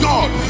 God